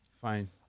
Fine